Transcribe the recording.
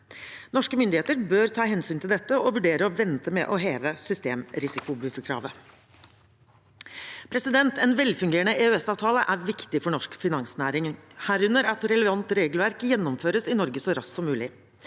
Norske myndigheter bør ta hensyn til dette og vurdere å vente med å heve systemrisikobufferkravet. En velfungerende EØS-avtale er viktig for norsk finansnæring, herunder at relevant regelverk gjennomføres i Norge så raskt som mulig.